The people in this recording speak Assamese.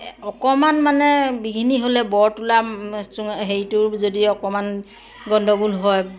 অকমান মানে বিঘিনি হ'লে বৰ তোলা হেৰিটো যদি অকমান গণ্ডগোল হয়